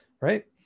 right